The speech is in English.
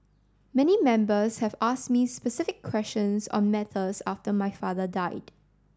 many members have ask me specific questions on matters after my father died